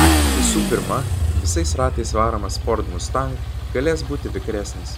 visų pirma visais ratais varomas ford mustang galės būti vikresnis